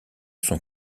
son